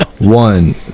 One